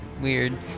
weird